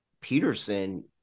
Peterson